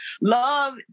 love